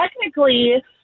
technically